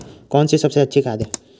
कौन सी सबसे अच्छी खाद है?